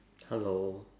hello